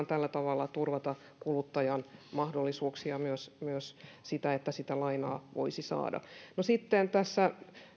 tällä tavalla turvata kuluttajan mahdollisuuksia myös myös siinä että sitä lainaa voisi saada no sitten tässä